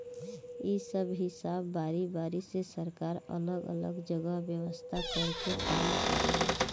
इ सब हिसाब बारी बारी से सरकार अलग अलग जगह व्यवस्था कर के काम करेले